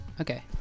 Okay